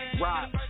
Rock